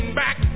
back